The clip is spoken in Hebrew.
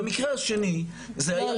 במקרה השני --- לא,